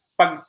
pag